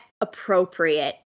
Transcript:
appropriate